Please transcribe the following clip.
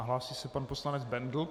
Hlásí se pan poslanec Bendl.